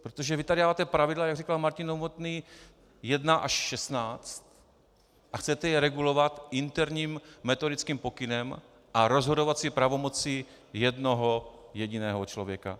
Protože vy tady dáváte pravidla, jak říkal Martin Novotný, 1 až 16, a chcete je regulovat interním metodickým pokynem a rozhodovací pravomocí jednoho jediného člověka.